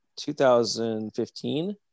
2015